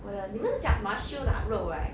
我的你们是讲什么啊 siew lup 肉 right